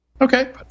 okay